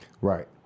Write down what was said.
Right